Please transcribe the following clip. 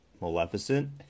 Maleficent